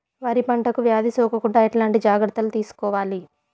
వరి పంటకు వ్యాధి సోకకుండా ఎట్లాంటి జాగ్రత్తలు తీసుకోవాలి?